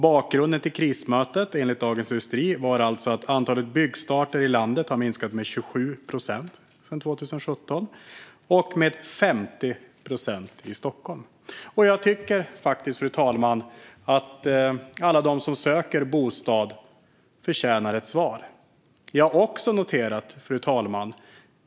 Bakgrunden till krismötet var enligt Dagens industri att antalet byggstarter i landet har minskat med 27 procent sedan 2017, och de har minskat med 50 procent i Stockholm. Jag tycker att alla som söker bostad förtjänar att få svar. Fru talman!